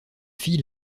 fille